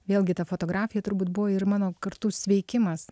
vėlgi ta fotografija turbūt buvo ir mano kartu sveikimas